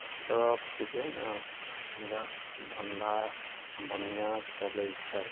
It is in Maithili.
सर्फके जे हइ ने हमरा धन्धा हमरा बढ़िआँ चलय छै